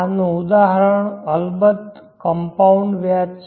આનું ઉદાહરણ અલબત્ત કંપાઉન્ડવ્યાજ છે